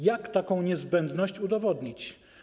Jak taką niezbędność udowodnić?